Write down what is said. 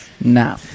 No